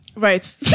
Right